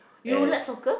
there